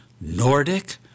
Nordic